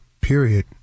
period